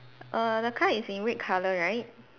err the car is in red colour right